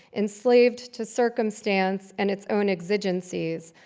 enslaved to circumstance and its own exigencies,